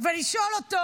ולשאול אותו: